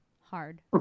Hard